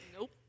Nope